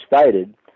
stated